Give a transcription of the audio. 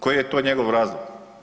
Koji je to njegov razlog?